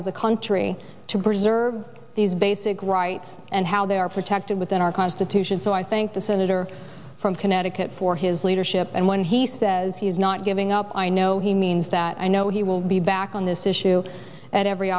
as a country to preserve these basic rights and how they are protected within our constitution so i thank the senator from connecticut for his leadership and when he says he is not giving up i know he means that i know he will be back on this issue and every